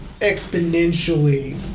exponentially